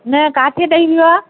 न किथे ॾेई वियो आहे